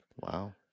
wow